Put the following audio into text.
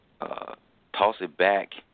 toss-it-back